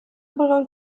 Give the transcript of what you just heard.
bolą